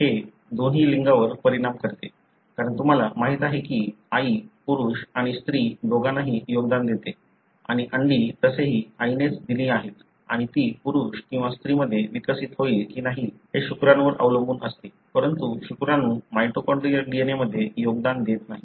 हे दोन्ही लिंगांवर परिणाम करते कारण तुम्हाला माहीत आहे की आई पुरुष आणि स्त्री दोघांनाही योगदान देते आणि अंडी तसेही आईनेच दिली आहे आणि ती पुरुष किंवा स्त्रीमध्ये विकसित होईल की नाही हे शुक्राणूंवर अवलंबून असते परंतु शुक्राणू माइटोकॉन्ड्रियल DNA मध्ये योगदान देत नाही